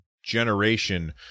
generation